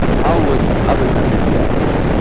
how would other countries react to it?